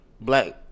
black